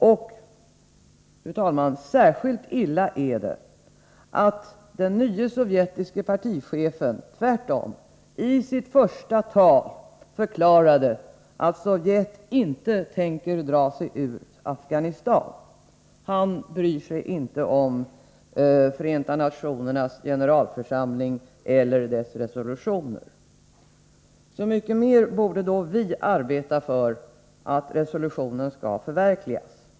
Och, fru talman, särskilt illa är det att den nye sovjetiske partichefen tvärtom i sitt första tal förklarade att Sovjet inte tänker dra sig ur Afghanistan. Han bryr sig inte om Förenta nationernas generalförsamling eller dess resolutioner, Så mycket mer borde då vi arbeta för att resolutionen skall förverkligas.